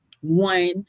one